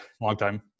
longtime